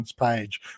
page